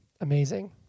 Amazing